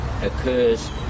occurs